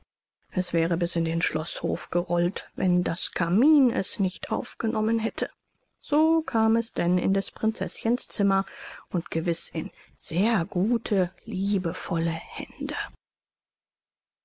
es wäre bis in den schloßhof gerollt wenn das kamin es nicht aufgenommen hätte so kam es denn in des prinzeßchens zimmer und gewiß in sehr gute liebevolle hände